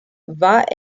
war